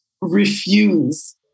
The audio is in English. refuse